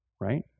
Right